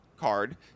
card